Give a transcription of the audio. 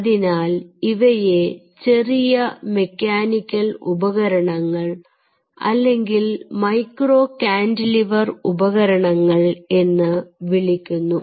അതിനാൽ ഇവയെ ചെറിയ മെക്കാനിക്കൽ ഉപകരണങ്ങൾ അല്ലെങ്കിൽ മൈക്രോ കാന്റിലിവർ ഉപകരണങ്ങൾ എന്ന് വിളിക്കുന്നു